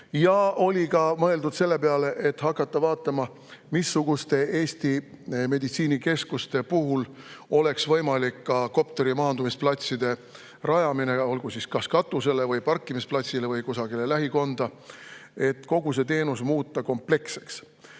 Ja oli mõeldud ka selle peale, et vaadata, missuguste Eesti meditsiinikeskuste juurde oleks võimalik kopteri maandumisplatsi rajada, kas katusele või parkimisplatsile või kusagile lähikonda, et kogu see teenus muuta kompleksseks.